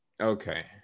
Okay